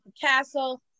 Castle